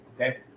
okay